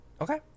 Okay